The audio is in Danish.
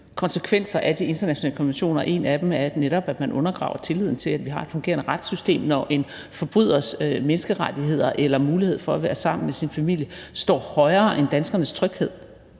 konsekvenser af de internationale konventioner, og en af dem er netop, at man undergraver tilliden til, at vi har et fungerende retssystem, når en forbryders menneskerettigheder eller mulighed for at være sammen med sin familie står højere end danskernes tryghed.